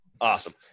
awesome